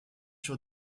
sur